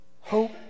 Hope